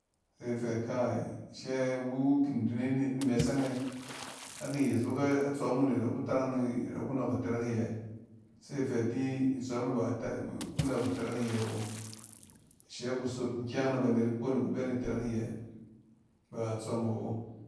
Se afɛ kai, ashe iwu kin dune ni mɛsɛnge. A’kin yes fok a tsↄm wu ne ada ku tarang i-nda ku nↄↄk itɛrɛk iyɛ, se fɛ di itsↄm e ba iku nↄↄk itɛrɛk iyɛ awo. Ashe kusot kukyang na banet iko ne ku be ni tɛrɛk iyɛ ba itsↄm awo.